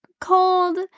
cold